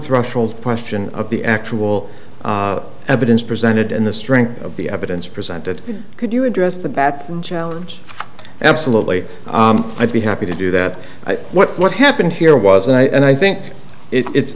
threshold question of the actual evidence presented and the strength of the evidence presented could you address the batson challenge absolutely i'd be happy to do that what what happened here was and i think it's